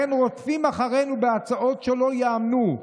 לכן רודפים אחרינו בהצעות שלא ייאמנו,